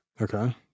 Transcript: Okay